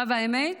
למען האמת,